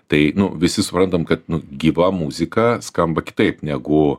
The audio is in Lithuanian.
tai visi suprantam kad gyva muzika skamba kitaip negu